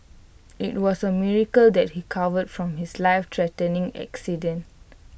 IT was A miracle that he covered from his lifethreatening accident